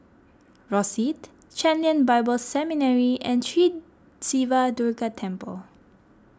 Rosyth Chen Lien Bible Seminary and Sri Siva Durga Temple